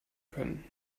können